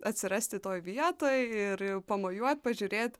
atsirasti toj vietoj ir jau pamojuot pažiūrėt